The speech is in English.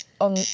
on